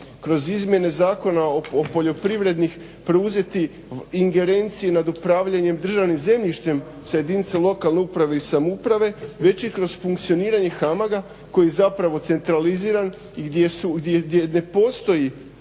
kroz izmjene Zakona o poljoprivredi, preuzeti ingerencije nad upravljanjem državnim zemljištem sa jedinicom lokalne uprave i samouprave već i kroz funkcioniranje HAMAG-a koji je zapravo centraliziran i gdje ne postoji